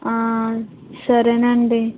సరేనండి